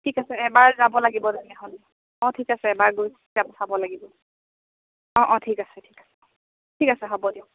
ঠিক আছে এবাৰ যাব লাগিব তেতিয়াহ'লে অঁ ঠিক আছে এবাৰ গৈ চাব লাগিব অঁ অঁ ঠিক আছে ঠিক আছে ঠিক আছে হ'ব দিয়ক